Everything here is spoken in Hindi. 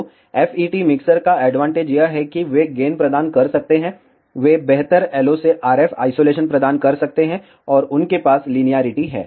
तो FET मिक्सर का एडवांटेज यह है कि वे गेन प्रदान कर सकते हैं वे बेहतर LO से RF आइसोलेशन प्रदान कर सकते हैं और उनके पास लिनियेरिटी है